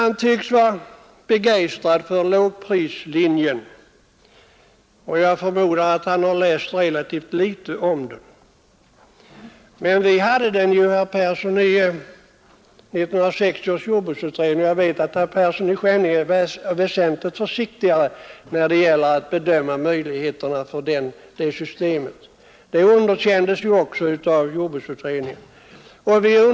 Han tycks vara begeistrad för lågprislinjen, men jag förmodar att han läst relativt litet om den. Men vi hade ju även den frågan uppe i 1960 års jordbruksutredning, och jag vet att herr Persson i Skänninge är väsentligt försiktigare när det gäller att bedöma möjligheterna för det systemet. Det underkändes också av jordbruksutredningen.